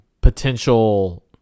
potential